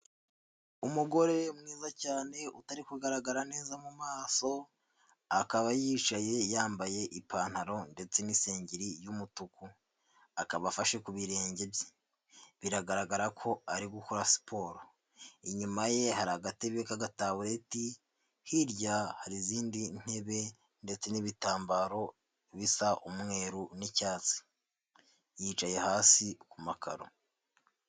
Umugore mwiza cyane utari kugaragara neza mu maso, akaba yicaye yambaye ipantaro ndetse n'isengeri y'umutuku, akaba afashe ku birenge bye, biragaragara ko ari gukora siporo, inyuma ye hari agatebe k'agatabureti, hirya hari izindi ntebe ndetse n'ibitambaro bisa umweru n'icyatsi, yicaye hasi ku makaro.